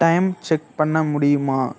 time check பண்ண முடியுமா